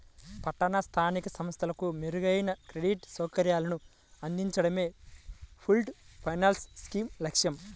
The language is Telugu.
పట్టణ స్థానిక సంస్థలకు మెరుగైన క్రెడిట్ సౌకర్యాలను అందించడమే పూల్డ్ ఫైనాన్స్ స్కీమ్ లక్ష్యం